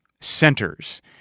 centers